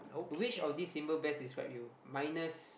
which of this symbol best describe you minus